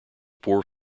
poor